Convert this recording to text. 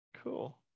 cool